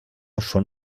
schon